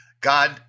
God